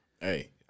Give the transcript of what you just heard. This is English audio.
Hey